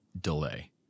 delay